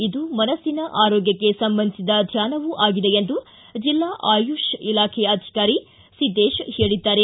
ಇದು ಮನಸ್ಸಿನ ಆರೋಗ್ಟಕ್ಷೆ ಸಂಬಂಧಿಸಿದ ಧ್ವಾನವೂ ಆಗಿದೆ ಎಂದು ಜಿಲ್ಲಾ ಆಯುಷ್ ಇಲಾಖೆ ಅಧಿಕಾರಿ ಸಿದ್ದೇಶ್ ಹೇಳಿದ್ದಾರೆ